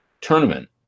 tournament